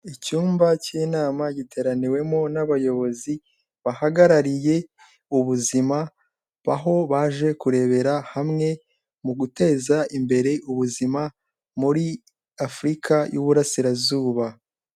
Icyumba cy'inama giteraniwemo n'abayobozi bahagarariye ubuzima, aho baje kurebera hamwe mu guteza imbere ubuzima muri Afurika y'Uburasirazuba.